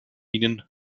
ihnen